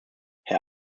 herr